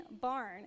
barn